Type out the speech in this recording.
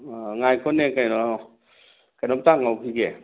ꯉꯥꯏꯈꯣꯅꯦ ꯀꯩꯅꯣ ꯀꯔꯤꯅꯣꯝꯇ ꯍꯪꯍꯧꯈꯤꯒꯦ